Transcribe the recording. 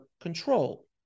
control